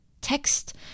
Text